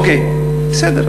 אוקיי, בסדר.